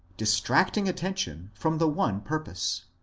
distracting attention from the one purpose.